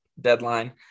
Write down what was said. deadline